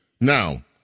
Now